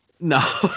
no